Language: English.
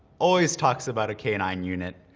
always talks about a k nine unit,